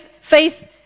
Faith